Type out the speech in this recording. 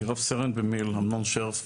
אני רב סרן במיל' אמנון שרף,